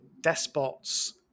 despots